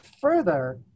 further